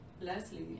leslie